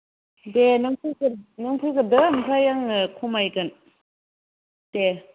दे नों नों फैगोरदो आमफ्राय आङो खमायगोन दे